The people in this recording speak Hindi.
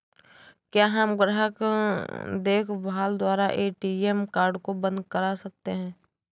क्या हम ग्राहक देखभाल द्वारा ए.टी.एम कार्ड को बंद करा सकते हैं?